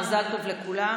מזל טוב לכולם.